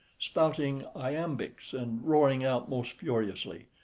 spouting iambics, and roaring out most furiously,